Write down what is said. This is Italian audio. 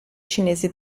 cinesi